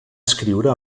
escriure